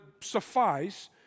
suffice